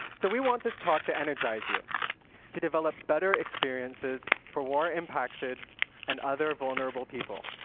so we want this talk to energize you to develop better experiences for war-impacted and other vulnerable people.